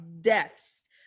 deaths